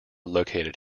located